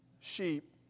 sheep